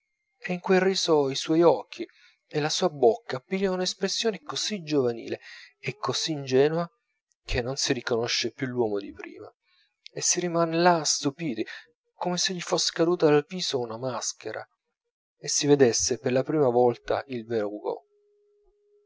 e in quel riso i suoi occhi e la sua bocca pigliano un'espressione così giovanile e così ingenua che non si riconosce più l'uomo di prima e si riman là stupiti come se gli fosse caduta dal viso una maschera e si vedesse per la prima volta il vero hugo